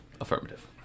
Affirmative